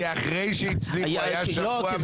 כי אחרי שהצליחו היה שבוע מלא.